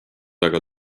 aga